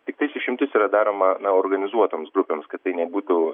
tiktais išimtis yra daroma na organizuotoms grupėms kad tai nebūtų